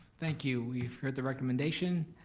thank you, we've heard the recommendation.